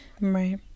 Right